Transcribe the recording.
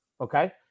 Okay